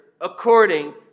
According